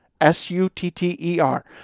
S-U-T-T-E-R